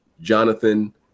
Jonathan